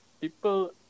people